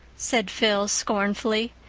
said phil scornfully.